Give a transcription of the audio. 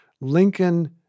Lincoln